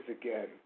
again